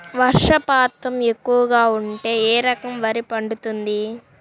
వర్షపాతం ఎక్కువగా ఉంటే ఏ రకం వరి పండుతుంది?